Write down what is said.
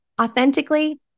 authentically